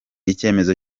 icyemezo